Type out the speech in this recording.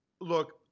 Look